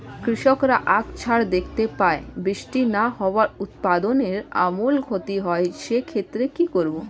কৃষকরা আকছার দেখতে পায় বৃষ্টি না হওয়ায় উৎপাদনের আমূল ক্ষতি হয়, সে ক্ষেত্রে কি করব?